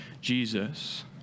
Jesus